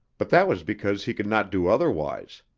but that was because he could not do otherwise.